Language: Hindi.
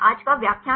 आज का व्याख्यान